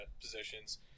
positions